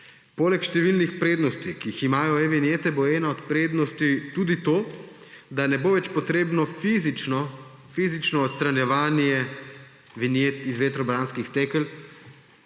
Poleg številnih prednosti, ki jih imajo e-vinjete, bo ena od prednosti tudi to, da ne bo več potrebno fizično odstranjevanje vinjet iz vetrobranskih stekel.